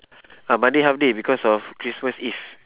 ah monday half day because of christmas eve